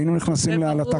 היינו נכנסים לעלטה כוללת.